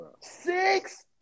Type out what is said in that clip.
Six